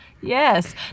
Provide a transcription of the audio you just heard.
Yes